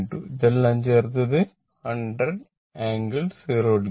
92 ഇതെല്ലാം ചേർത്താൽ ഇത് 100 ∟ 0 o